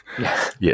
Yes